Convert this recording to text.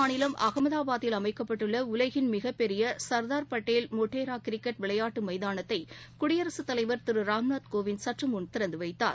மாநிலம் அகமதாபாத்தில் அமைக்கப்பட்டுள்ளஉலகின் மிகப்பெரியச்தார்படேல் குஐராத் மொட்டேராகிரிக்கெட் விளையாட்டுமைதானத்தைகுடியரசுத் தலைவர் திருராம்நாத்கோவிந்த் சற்றமுன் திறந்துவைத்தார்